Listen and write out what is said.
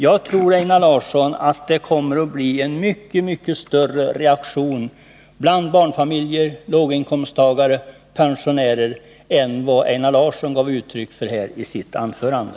Jag tror att reaktionen på detta bland barnfamiljer, låginkomsttagare och pensionärer kommer att bli mycket större än vad Einar Larsson ville göra gällande i sitt anförande.